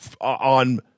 on